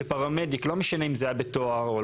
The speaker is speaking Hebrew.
בפרמדיק האקדמי.